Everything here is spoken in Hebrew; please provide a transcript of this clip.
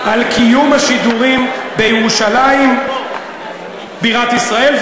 על קיום השידורים בירושלים בירת ישראל,